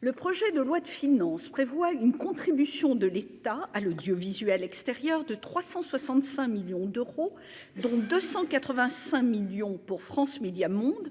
le projet de loi de finances prévoit une contribution de l'État à l'audiovisuel extérieur de 365 millions d'euros, dont 285 millions pour France Médias Monde